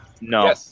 No